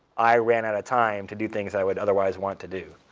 i ran out of time to do things i would otherwise want to do.